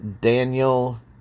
Daniel